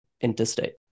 interstate